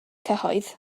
cyhoedd